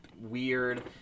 weird